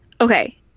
Okay